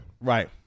right